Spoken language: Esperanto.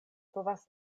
povas